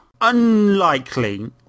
Unlikely